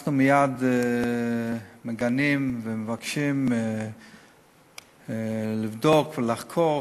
אנחנו מייד מגנים ומבקשים לבדוק ולחקור.